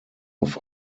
auf